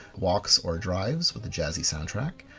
walks or drives with a jazzy soundtrack.